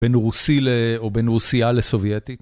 בין רוסי או בין רוסיה לסובייטית.